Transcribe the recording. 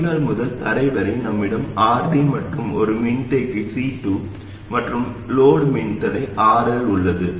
வடிகால் முதல் தரை வரை நம்மிடம் RD மற்றும் ஒரு மின்தேக்கி C2 மற்றும் லோடு மின்தடை RL உள்ளது